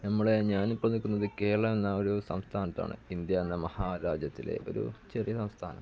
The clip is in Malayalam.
നമ്മള് ഞാനിപ്പോള് നില്ക്കുന്നത് കേരളം എന്ന ഒരു സംസ്ഥാനത്താണ് ഇന്ത്യ എന്ന മഹാ രാജ്യത്തിലെ ഒരു ചെറിയ സംസ്ഥാനം